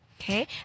Okay